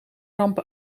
ramp